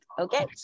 okay